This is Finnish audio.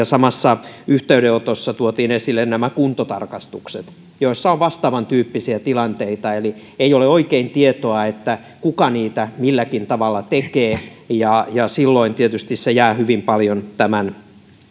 samassa yhteydenotossa tuotiin esille myös kuntotarkastukset joissa on vastaavan tyyppisiä tilanteita eli ei ole oikein tietoa kuka niitä milläkin tavalla tekee ja ja silloin tietysti se jää hyvin paljon